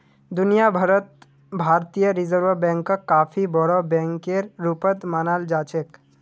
दुनिया भर त भारतीय रिजर्ब बैंकक काफी बोरो बैकेर रूपत मानाल जा छेक